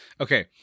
Okay